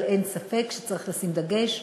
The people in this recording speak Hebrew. אבל אין ספק שצריך לשים דגש,